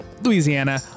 Louisiana